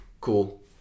cool